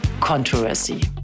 controversy